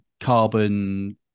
carbon